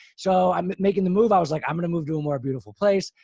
so i'm making the move. i was like, i'm going to move to more beautiful place.